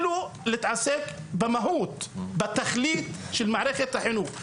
והוא לא מתעסק במהות, בתכלית של מערכת החינוך.